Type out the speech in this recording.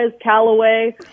Callaway